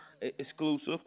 exclusive